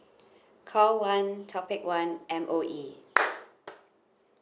call one topic one M_O_E